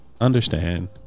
Understand